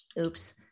Oops